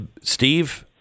Steve